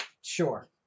Sure